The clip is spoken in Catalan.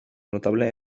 notable